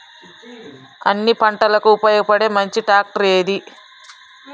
అన్ని పంటలకు ఉపయోగపడే మంచి ట్రాక్టర్ ఏది?